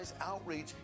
outreach